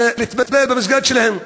להתפלל במסגד שלהם,